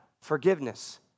forgiveness